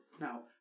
now